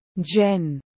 Jen